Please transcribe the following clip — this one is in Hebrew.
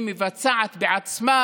היא מבצעת בעצמה